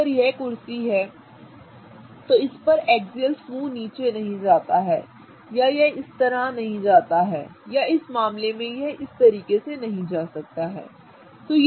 तो अगर यह कुर्सी है तो इस पर एक्सियल समूह नीचे नहीं जाता है या यह इस तरह नहीं जाता है या इस मामले में यह इस तरह से नहीं जाता है ठीक है